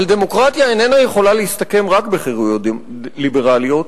אבל דמוקרטיה איננה יכולה להסתכם רק בחירויות ליברליות,